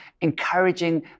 encouraging